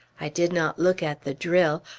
i did not look at the drill.